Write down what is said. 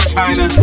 China